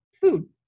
food